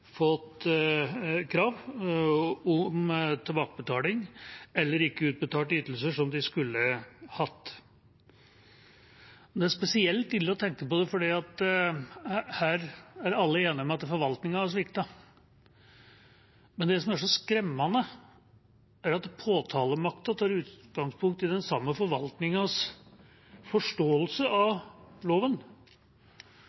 fått krav om tilbakebetaling eller ikke fått utbetalt ytelser som de skulle hatt. Det er spesielt ille å tenke på det, fordi her er alle enige om at forvaltningen har sviktet. Men det som er så skremmende, er at påtalemakten tar utgangspunkt i den samme forvaltningens forståelse av